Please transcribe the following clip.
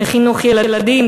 לחינוך ילדים,